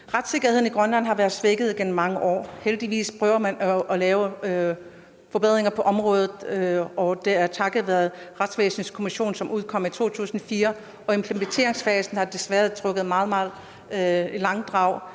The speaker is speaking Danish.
Retssikkerheden i Grønland har været svækket igennem mange år. Heldigvis prøver man at lave forbedringer på området, og det er takket være Retsvæsenskommissionen, som udkom med en betænkning i 2004. Implementeringsfasen har desværre trukket meget, meget